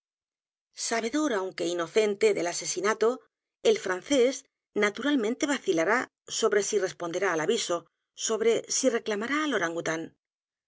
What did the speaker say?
sabedor aunque inocente del asesinato el francés naturalmente vacilará sobre si responderá al aviso sobre si reclamará el o